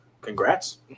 congrats